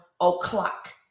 o'clock